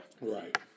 Right